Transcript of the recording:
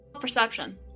Perception